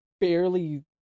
barely